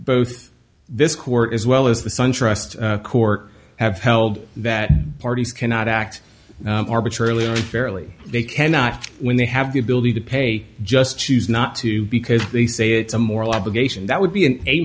both this court as well as the suntrust court have held that parties cannot act arbitrarily fairly they cannot when they have the ability to pay just choose not to because they say it's a moral obligation that would be a